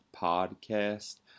podcast